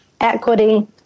equity